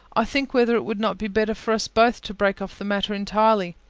i think whether it would not be better for us both to break off the matter entirely.